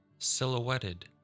silhouetted